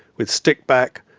with stick back,